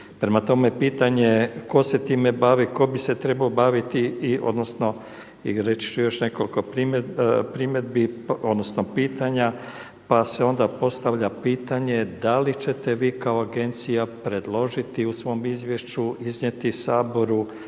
Prema tome, pitanje, tko se time bavi, tko bi se trebao baviti? I odnosno, reći ću još nekoliko primjedbi, odnosno pitanja, pa se onda postavlja pitanje, da li ćete vi kao Agencija predložiti u svom izvješću iznijeti Saboru